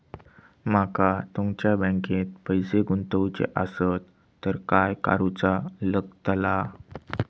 माका तुमच्या बँकेत पैसे गुंतवूचे आसत तर काय कारुचा लगतला?